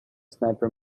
sniper